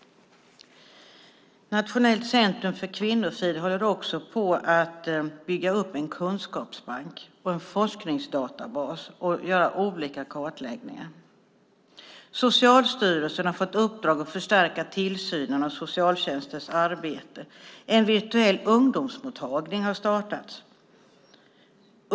Nationellt centrum för kvinnofrid håller också på att bygga upp en kunskapsbank och en forskningsdatabas samt göra olika kartläggningar. Socialstyrelsen har fått i uppdrag att förstärka tillsynen av socialtjänstens arbete. En virtuell ungdomsmottagning har startats.